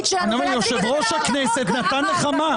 שלנו --- יושב-ראש הכנסת נתן לך מה?